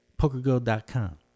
PokerGo.com